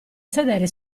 sedere